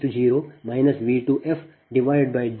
14 ಆಗಿರುತ್ತದೆ